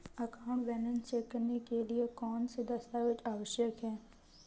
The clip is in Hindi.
अकाउंट बैलेंस चेक करने के लिए कौनसे दस्तावेज़ आवश्यक हैं?